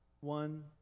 one